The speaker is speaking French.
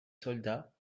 soldats